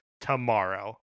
tomorrow